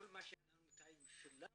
כל מה שאנחנו --- שילמנו,